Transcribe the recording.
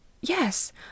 Yes